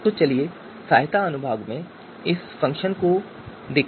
तो चलिए सहायता अनुभाग में इस फ़ंक्शन के विवरण देखें